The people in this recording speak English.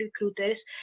recruiters